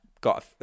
got